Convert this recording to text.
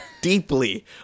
deeply